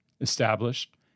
established